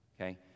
okay